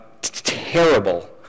terrible